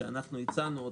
שאנחנו הצענו אותה,